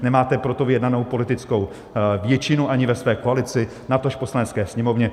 Nemáte pro to vyjednanou politickou většinu ani ve své koalici, natož v Poslanecké sněmovně.